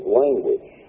language